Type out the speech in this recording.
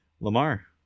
Lamar